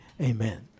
Amen